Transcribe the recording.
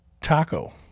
taco